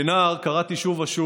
כנער קראתי שוב ושוב